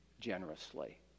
generously